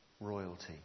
royalty